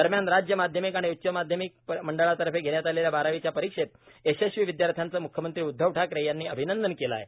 दरम्यान राज्य माध्यमिक आणि उच्च माध्यमिक परीक्षा मंडळातर्फे घेण्यात आलेल्या बारावीच्या परीक्षेत यशस्वी विदयार्थ्यांचे मुख्यमंत्री उद्धव ठाकरे यांनी अभिनंदन केले आहे